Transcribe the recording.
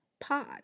Pod